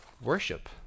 worship